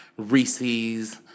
Reese's